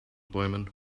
bäumen